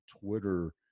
Twitter